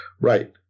Right